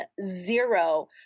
zero